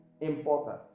important